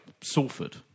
Salford